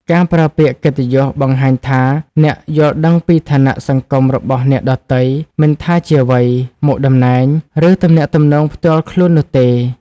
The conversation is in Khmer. ការប្រើពាក្យកិត្តិយសបង្ហាញថាអ្នកយល់ដឹងពីឋានៈសង្គមរបស់អ្នកដទៃ មិនថាជាវ័យ មុខតំណែង ឬទំនាក់ទំនងផ្ទាល់ខ្លួននោះទេ។